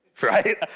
Right